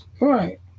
Right